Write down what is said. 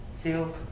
feel